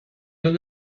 حالو